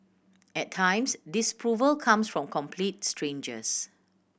at times disapproval comes from complete strangers